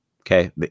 Okay